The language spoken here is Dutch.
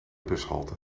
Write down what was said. bushalte